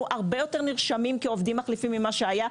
שהרבה יותר נרשמים כעובדים מחליפים ממה שהיו.